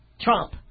Trump